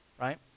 right